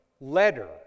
letter